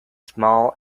small